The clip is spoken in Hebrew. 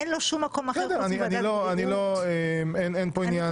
אין לו שום מקום אחר חוץ מוועדת --- אין פה עניין